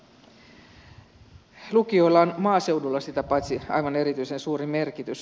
lukioilla on maaseudulla sitä paitsi aivan erityisen suuri merkitys